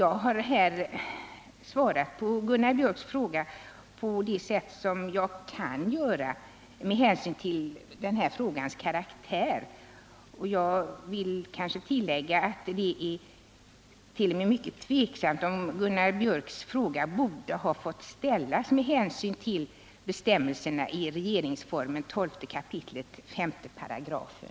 Jag har svarat på Gunnar Biörcks fråga på det sätt som jag kan göra med hänsyn till den här frågans karaktär och vill tillägga att det är mycket tveksamt om Gunnar Biörcks fråga borde ha fått ställas med hänsyn till bestämmelserna i regeringsformens 12 kap. 5 §.